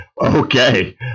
Okay